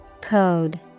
Code